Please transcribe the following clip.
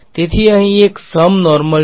તેથી અહીં એક સમ નોર્મલ છે